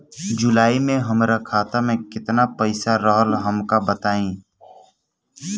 जुलाई में हमरा खाता में केतना पईसा रहल हमका बताई?